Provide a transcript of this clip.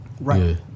right